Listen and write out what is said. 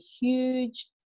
huge